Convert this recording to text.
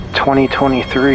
2023